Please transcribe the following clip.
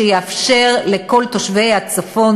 שיאפשר לכל תושבי הצפון,